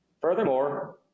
Furthermore